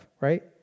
right